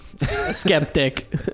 Skeptic